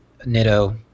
Nitto